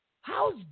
How's